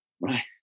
Right